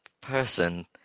person